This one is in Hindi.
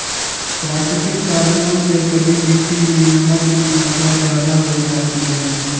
प्राकृतिक कारणों से कभी मिट्टी मैं नमक की मात्रा ज्यादा हो जाती है